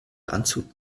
landshut